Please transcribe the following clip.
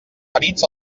ferits